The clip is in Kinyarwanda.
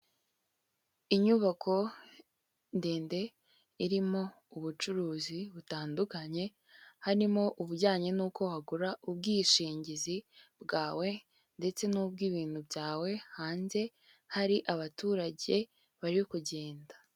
Inyubako ndende irimo ubucuruzi butandukanye, harimo ubujyanye n'uko wagura ubwishingizi bwawe ndetse n'ubw'ibintu byawe hanze hari abaturage bari kugenda.